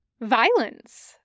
Violence